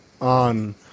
on